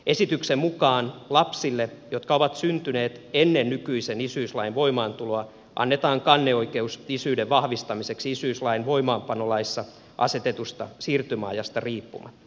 esityksen mukaan lapsille jotka ovat syntyneet ennen nykyisen isyyslain voimaantuloa annetaan kanneoikeus isyyden vahvistamiseksi isyyslain voimaanpanolaissa asetetusta siirtymäajasta riippumatta